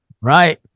Right